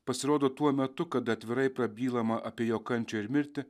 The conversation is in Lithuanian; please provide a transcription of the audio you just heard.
pasirodo tuo metu kada atvirai prabylama apie jo kančią ir mirtį